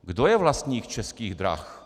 Kdo je vlastník Českých drah?